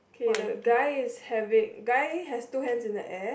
okay the guy is having guy has two hands in the air